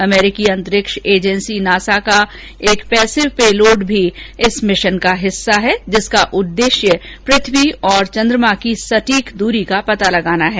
अमेरिकी अंतरिक्ष agency NASA का एक पैसिव पेलोड भी इस भिशन का हिस्सा है जिसका उददेश्य पृथ्वी और चंद्रमा की सटीक द्री पता लगाना है